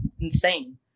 insane